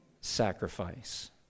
sacrifice